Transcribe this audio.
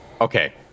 Okay